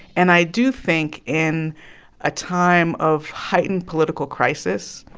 and i do think in a time of heightened political crisis